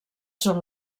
són